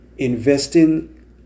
Investing